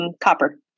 Copper